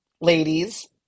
ladies